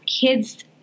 kids